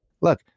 look